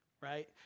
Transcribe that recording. right